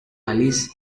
alice